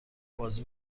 بازی